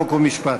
חוק ומשפט.